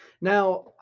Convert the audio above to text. Now